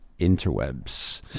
interwebs